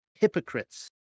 hypocrites